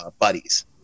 buddies